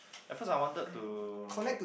at first I wanted to